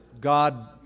God